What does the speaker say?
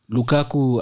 Lukaku